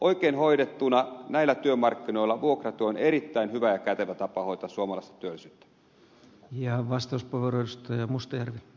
oikein hoidettuna näillä työmarkkinoilla vuokratyö on erittäin hyvä ja kätevä tapa hoitaa suomalaista työllisyyttä ja vastus porosta ja mustan